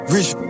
Rich